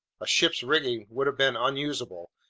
a ship's rigging would have been unusable,